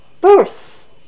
birth